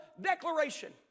declaration